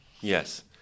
Yes